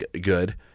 good